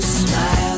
smile